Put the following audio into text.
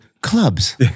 clubs